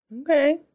Okay